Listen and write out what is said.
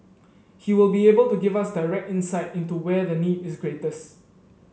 he will be able to give us direct insight into where the need is greatest